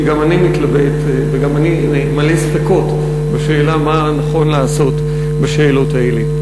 כי גם אני מתלבט וגם אני מלא ספקות בשאלה מה נכון לעשות בשאלות האלה.